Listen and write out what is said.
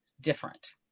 different